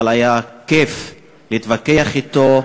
היה כיף להתווכח אתו,